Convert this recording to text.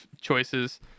choices